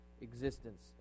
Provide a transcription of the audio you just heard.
existence